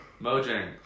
Mojang